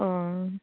अह